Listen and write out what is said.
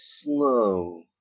slow